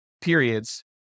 periods